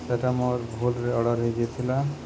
ସେଟା ମୋର୍ ଭୁଲ୍ରେ ଅର୍ଡ଼ର୍ ହେଇଯାଇଥିଲା